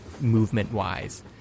movement-wise